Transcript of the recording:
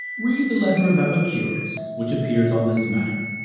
read the letter of epicurus which appears on this matter.